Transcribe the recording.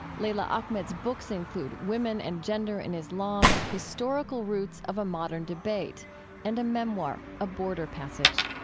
leila ahmed's books include women and gender in islam historical roots of a modern debate and a memoir, a border passage.